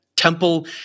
temple